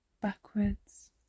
backwards